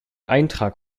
eintrag